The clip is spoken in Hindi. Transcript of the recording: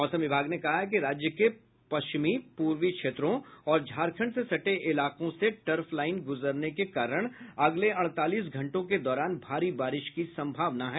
मौसम विभाग ने कहा कि राज्य के पश्चिमी पूर्वी क्षेत्रों और झारखंड से सटे इलाकों से ट्रर्फ लाईन गुजरने के कारण अगले अड़तालीस घंटों के दौरान भारी बारिश की सम्भावना है